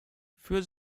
für